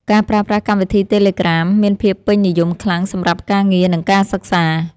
ការប្រើប្រាស់កម្មវិធីតេឡេក្រាម មានភាពពេញនិយមខ្លាំងសម្រាប់ការងារ និងការសិក្សា។